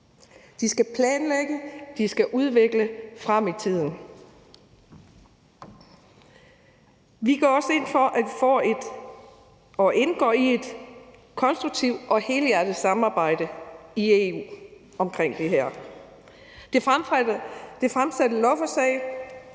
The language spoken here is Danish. skal planlægge, og det skal udvikle frem i tiden. Vi går også ind for, at vi får og indgår i et konstruktivt og helhjertet samarbejde i EU omkring det her. Det fremsatte lovforslag